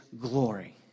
glory